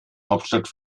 hauptstadt